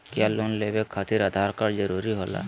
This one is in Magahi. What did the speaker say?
क्या लोन लेवे खातिर आधार कार्ड जरूरी होला?